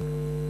היושב-ראש,